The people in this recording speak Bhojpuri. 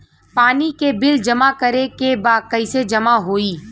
पानी के बिल जमा करे के बा कैसे जमा होई?